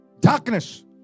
Darkness